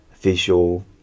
visual